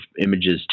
images